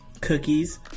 Cookies